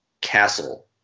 castle